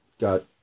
got